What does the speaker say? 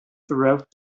throughout